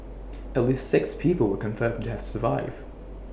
at least six people were confirmed to have survived